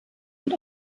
und